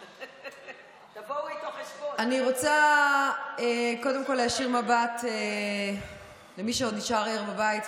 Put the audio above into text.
אני רוצה קודם כול להישיר מבט למי שעוד נשאר ער בבית,